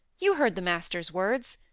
you heard the master's words.